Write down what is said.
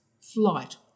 flight